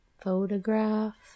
Photograph